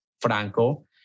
Franco